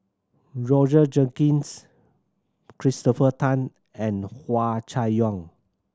Roger Jenkins Christopher Tan and Hua Chai Yong